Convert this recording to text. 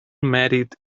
mèrit